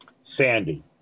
Sandy